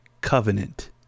covenant